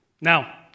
Now